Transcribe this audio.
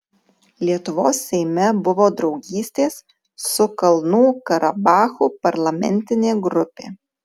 lietuvos seime buvo draugystės su kalnų karabachu parlamentinė grupė